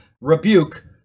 rebuke